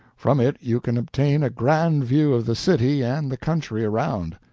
from it you can obtain a grand view of the city and the country around.